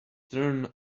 turn